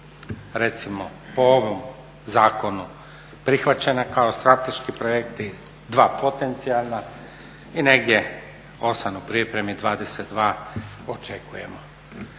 recimo po ovom zakonu prihvaćena kao strateški projekti, dva potencijalna i negdje 8 u pripremi 22 očekujemo.